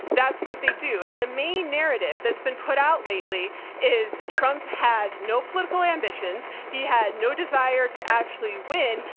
that's what they do. and the main narrative that's been put out lately is trump had no political ambitions. he had no desire to actually win.